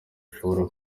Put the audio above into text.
bishobora